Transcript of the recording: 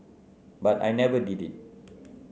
but I never did it